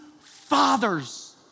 fathers